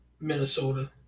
Minnesota